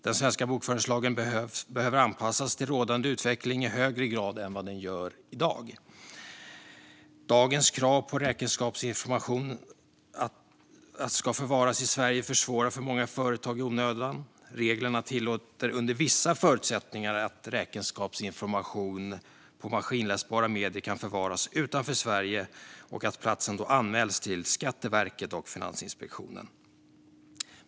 Den svenska bokföringslagen behöver anpassas till rådande utveckling i högre grad än vad den är utformad för i dag. Dagens krav på att räkenskapsinformation ska förvaras i Sverige försvårar för många företag i onödan. Reglerna tillåter under vissa förutsättningar att räkenskapsinformation på maskinläsbara medier kan förvaras utanför Sverige och att platsen då anmäls till Skatteverket och Finansinspektionen.